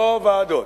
לא ועדות.